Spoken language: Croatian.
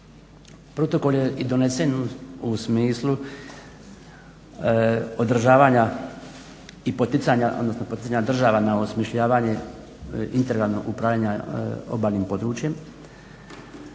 Protokol je i donesen u smislu održavanja i poticanja, odnosno poticanja država na osmišljavanje integralnog upravljanja obalnim područjem